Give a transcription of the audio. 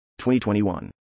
2021